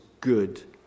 good